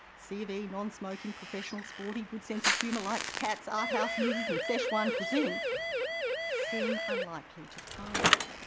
c of e, non-smoking, professional, sporty, good sense of humour, likes cats, arthouse movies and sichuan cuisine' seem unlikely to find it.